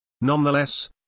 Nonetheless